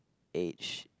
age